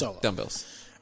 dumbbells